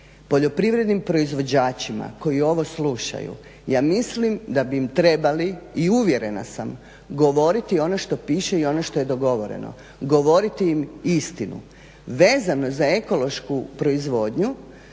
poljoprivrednim proizvođačima koji ovo slušaju, ja mislim da bi im trebali i uvjerena sam, govoriti ono što piše i ono što je dogovoreno, govoriti im istinu. Vezano za ekološku proizvodnju,